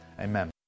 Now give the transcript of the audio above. Amen